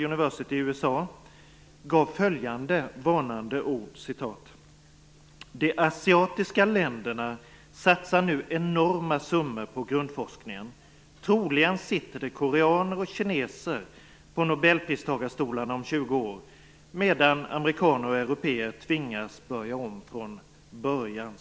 University i USA gav följande varnande ord: "De asiatiska länderna satsar nu enorma summor på grundforskning. Troligen sitter det koreaner och kineser på nobelpristagarstolarna om 20 år, medan amerikaner och européer tvingas börja om från början."